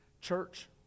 Church